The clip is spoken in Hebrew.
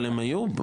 אבל הם היו.